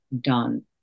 done